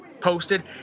posted